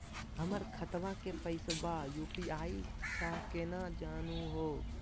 हमर खतवा के पैसवा यू.पी.आई स केना जानहु हो?